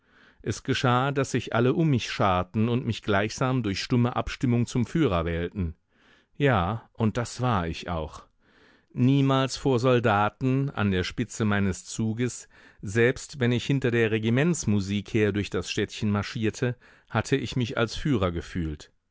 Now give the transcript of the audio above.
es geschah daß sich alle um mich scharten und mich gleichsam durch stumme abstimmung zum führer wählten ja und das war ich auch niemals vor soldaten an der spitze meines zuges selbst wenn ich hinter der regimentsmusik her durch das städtchen marschierte hatte ich mich als führer gefühlt